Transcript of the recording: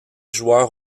joueurs